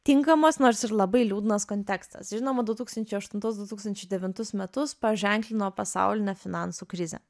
tinkamas nors ir labai liūdnas kontekstas žinoma du tūkstančiai aštuntus du tūkstančiai devintus metus paženklino pasaulinė finansų krizė